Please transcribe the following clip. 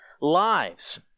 lives